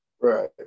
Right